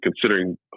considering